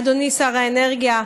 אדוני שר האנרגיה,